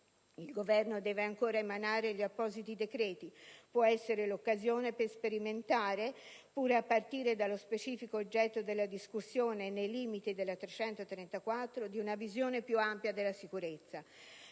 Il Governo deve ancora emanare gli appositi decreti: può essere l'occasione per sperimentare, pur a partire dallo specifico oggetto della discussione e nei limiti del decreto legislativo n. 334 del 1999, una visione più ampia della sicurezza.